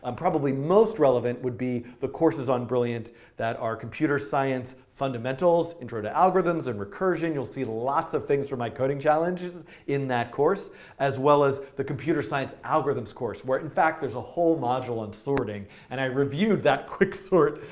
um probably most relevant would be the courses on brilliant that are computer science fundamentals. intro to algorithm, and recursion, you'll see lots of things from my coding challenges in that course as well as the computer science algorithms course where in fact there's a whole module on sorting, and i reviewed that quicksort,